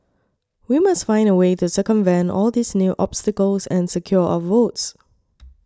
we must find a way to circumvent all these new obstacles and secure our votes